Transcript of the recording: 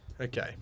Okay